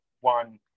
one